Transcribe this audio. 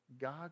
God